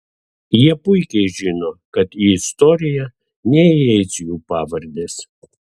jie puikiai žino kad į istoriją neįeis jų pavardės